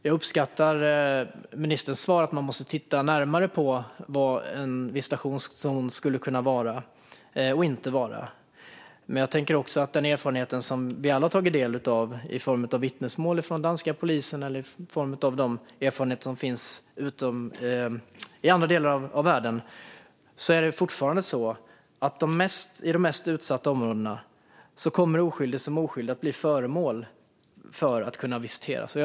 Jag uppskattar ministerns svar att man måste titta närmare på vad en visitationszon skulle kunna vara och inte vara. Men den erfarenhet som vi alla har tagit del av i form av vittnesmål från danska polisen eller erfarenheter i andra delar av världen är att i de mest utsatta områdena kommer såväl skyldiga som oskyldiga att kunna bli föremål för visitation.